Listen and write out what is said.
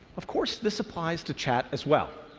of course, this applies to chat as well.